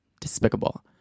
despicable